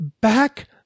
back